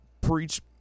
preach